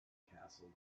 castle